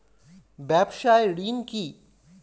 ব্যবসায় ঋণ কি?